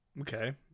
Okay